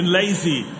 lazy